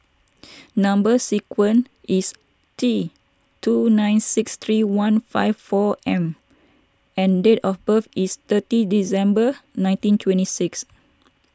Number Sequence is T two nine six three one five four M and date of birth is thirty December nineteen twenty six